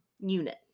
unit